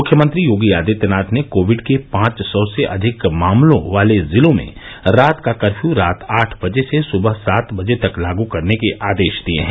मुख्यमंत्री योगी आदित्यनाथ ने कोविड के पांच सौ से अधिक मामलों वाले जिलों में रात का कर्फ्यू रात आठ बजे से सुबह सात बजे तक लागू करने के आदेश दिए हैं